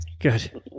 Good